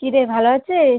কী রে ভালো আছিস